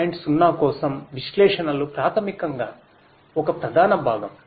0 కోసం విశ్లేషణలు ప్రాథమికంగా ఒక ప్రధాన భాగం